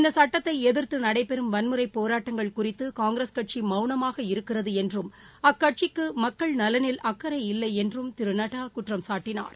இந்த சட்டத்தை எதிர்த்து நடைபெறும் வன்முறை போராட்டங்கள் குறித்து காங்கிரஸ் கட்சி மவுனமாக இருக்கிறது என்றும் அக்கட்சிக்கு மக்கள் நலனில் அக்கறை இல்லை என்றும் திரு நட்டா குற்றம்சாட்டினார்